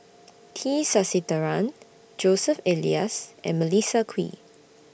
T Sasitharan Joseph Elias and Melissa Kwee